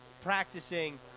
practicing